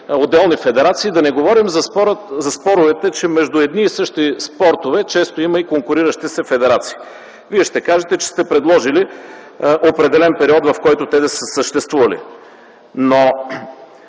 отделни федерации, да не говорим за споровете, че между едни и същи спортове често има и конкуриращи се федерации. Вие ще кажете, че сте предложили определен период, в който те да са съществували. Не